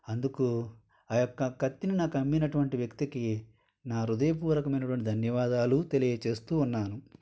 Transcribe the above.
అందుకు ఆయొక్క కత్తిని నాకు అమ్మినటువంటి వ్యక్తికి నా హృదయపూర్వకమైనటువంటి ధన్యవాదాలు తెలియజేస్తూ ఉన్నాను